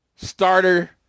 Starter